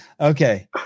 Okay